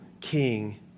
king